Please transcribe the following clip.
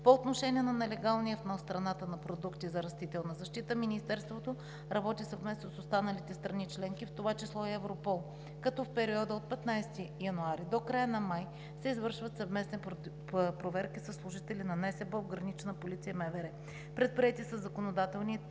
По отношение на нелегалния внос в страната на продукти за растителна защита Министерството работи съвместно с останалите страни членки, в това число и Европол, като в периода от 15 януари до края на май се извършват съвместни проверки със служители на НСБОП, Гранична полиция, МВР. Предприети са законодателни